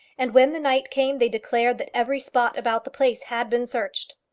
and when the night came they declared that every spot about the place had been searched.